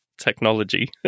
technology